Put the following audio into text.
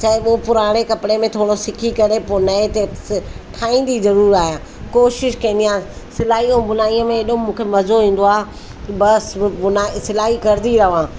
चाहे हो पुराणे कपिड़े में थोरो सिखी करे पोइ नएं ते ठाहींदी ज़रूरु आहियां कोशिशि कंदी आहियां सिलाई ऐं बुनाई में एॾो मूंखे मज़ो ईंदो आहे बसि ब बुनाई सिलाई कंदी रहां